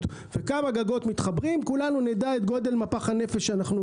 ועל כמות הגגות המתחברים כולנו נדע את גודל מפח הנפש שאנחנו,